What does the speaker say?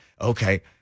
okay